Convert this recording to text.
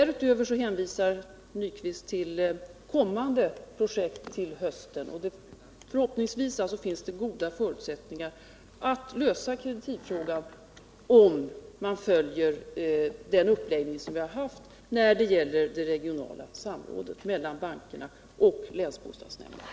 Därutöver hänvisar herr Nyquist till kommande projekt för påbörjande i höst. Förhoppningsvis finns det goda förutsättningar att lösa kreditivfrågan, om man följer den uppläggning som vi har haft när det gäller det regionala samrådet mellan bankerna och länsbostadsnämnden.